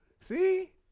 See